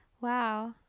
Wow